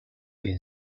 been